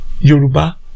Yoruba